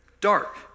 dark